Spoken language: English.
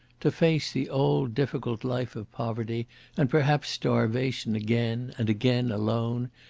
to face the old, difficult life of poverty and perhaps starvation again, and again alone,